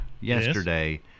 yesterday